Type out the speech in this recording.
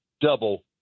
double